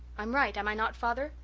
i'm right am i not, father?